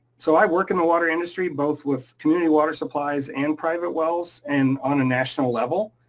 so i work in the water industry both with community water supplies and private wells and on a national level.